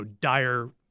dire